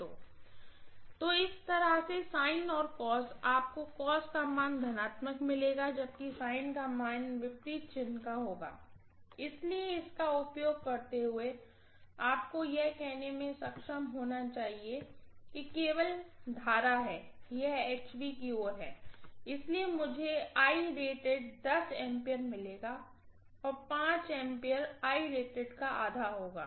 तो इसी तरह से और आपको का मान धनात्मक मिलेगा जबकि का मान विपरीत चिन्ह का होगा इसलिए इसका उपयोग करते हुए आपको यह कहने में सक्षम होना चाहिए कि केवल करंट है यह HV की ओर इसलिए मुझे A मिलेगा और A का आधा होगा